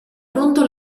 pronto